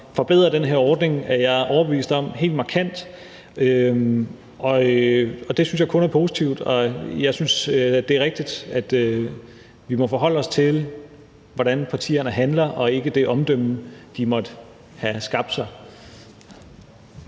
forbedrer den her ordning, er jeg overbevist om, helt markant. Det synes jeg kun er positivt, og jeg synes, at det er rigtigt, at vi må forholde os til, hvordan partierne handler, og ikke til det omdømme, de måtte have skabt sig.